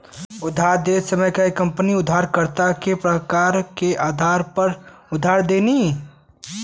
उधार देत समय कई कंपनी उधारकर्ता के प्रकार के आधार पर उधार देनी